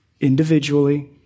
individually